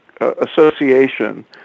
association